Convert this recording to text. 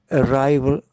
arrival